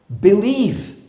Believe